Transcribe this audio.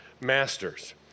masters